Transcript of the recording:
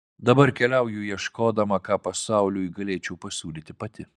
dabar keliauju ieškodama ką pasauliui galėčiau pasiūlyti pati